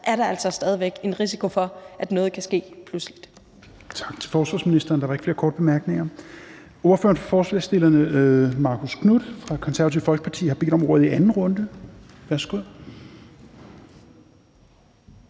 her verden, stadig væk en risiko for, at noget kan ske pludseligt.